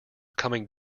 coming